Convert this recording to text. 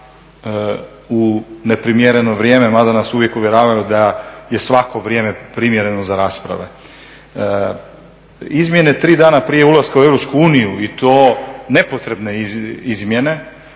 u neprimjereno vrijeme, mada nas uvijek uvjeravaju da je svako vrijeme primjereno za rasprave. Izmjene tri dana prije ulaska u EU i to nepotrebne izmjene